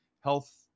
Health